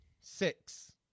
six